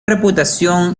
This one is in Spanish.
reputación